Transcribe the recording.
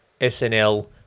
SNL